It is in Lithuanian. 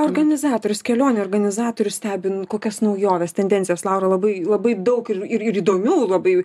organizatorius kelionių organizatorius stebi nu kokias naujoves tendencijas laura labai labai daug ir ir įdomių labai